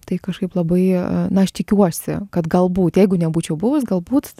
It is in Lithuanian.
tai kažkaip labai na aš tikiuosi kad galbūt jeigu nebūčiau buvus galbūt